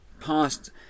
past